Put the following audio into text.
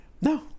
no